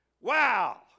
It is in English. Wow